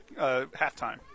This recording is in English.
halftime